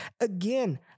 again